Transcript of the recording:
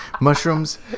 mushrooms